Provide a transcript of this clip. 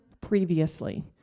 previously